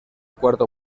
cuarto